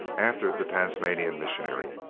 after the tasmanian missionary.